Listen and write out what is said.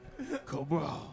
Cobra